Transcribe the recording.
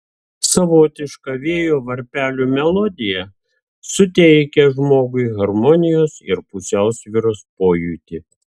savotiška vėjo varpelių melodija suteikia žmogui harmonijos ir pusiausvyros pojūtį